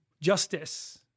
justice